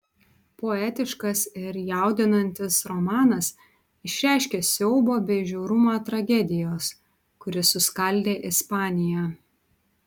poetiškas ir jaudinantis romanas išreiškia siaubą bei žiaurumą tragedijos kuri suskaldė ispaniją